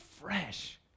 fresh